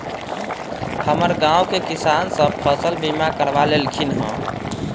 हमर गांव के किसान सभ फसल बीमा करबा लेलखिन्ह ह